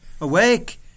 Awake